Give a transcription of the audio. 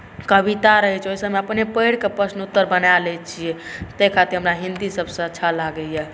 कविता रहैत छै ओहिसँ हम अपनेसँ पढ़िके प्रश्न उत्तर बना लैत छियै ताहि खातिर हिन्दी हमरा सभसँ अच्छा लागैए